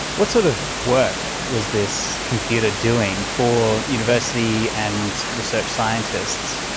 what sort of work was this computer doing for university and research scientists?